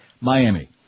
Miami